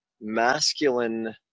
masculine